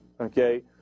okay